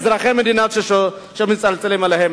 אזרחי המדינה שמצלצלים אליהם.